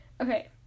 Okay